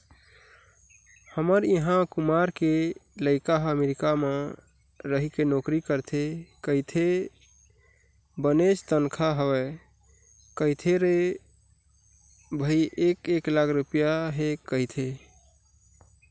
हमर इहाँ कुमार के लइका ह अमरीका म रहिके नौकरी करथे कहिथे बनेच तनखा हवय कहिथे रे भई एक एक लाख रुपइया हे कहिथे